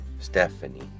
Stephanie